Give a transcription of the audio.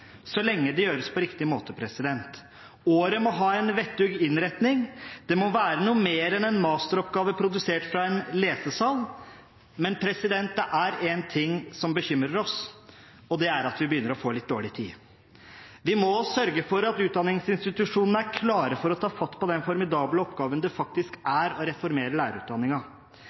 så lenge det gjøres på riktig måte. Året må ha vettug innretning, det må være noe mer enn en masteroppgave produsert fra en lesesal. Men det er en ting som begynner å bekymre oss, og det er at vi begynner å få litt dårlig tid. Vi må sørge for at utdanningsinstitusjonene er klare for å ta fatt på den formidable oppgaven det faktisk